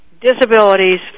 disabilities